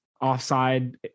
offside